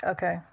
Okay